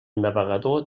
navegador